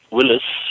Willis